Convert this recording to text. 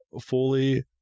fully